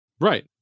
Right